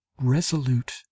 resolute